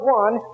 one